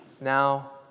now